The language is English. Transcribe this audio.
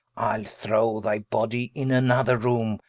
ile throw thy body in another roome,